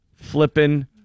Flipping